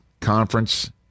conference